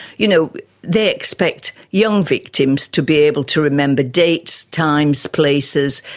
you know they expect young victims to be able to remember dates, times, places,